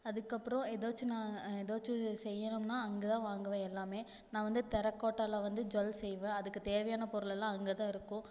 அதுக்கப்புறோம் எதாச்சும் நான் எதாச்சும் செய்யணும்னா அங்கே தான் வாங்குவேன் எல்லாம் நான் வந்து தரகோட்டாவில் வந்து ஜுவல்ஸ் செய்வேன் அதுக்கு தேவையான பொருளெல்லாம் அங்கே தான்ருக்கும்